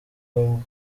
w’u